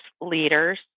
leaders